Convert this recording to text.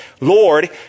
Lord